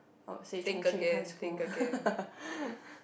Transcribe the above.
I would say chung-cheng High School